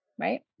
Right